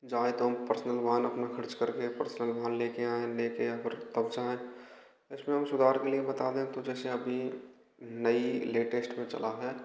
जाएँ तो हम पर्सनल वाहन अपना खर्च करके पर्सनल वाहन लेके आयें लेके पर तब जाएं इसमें हम सुधार के लिए बता दें तो जैसे अभी नई लेटेस्ट में चला है